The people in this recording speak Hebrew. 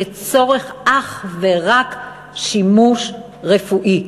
אך ורק לצורך שימוש רפואי.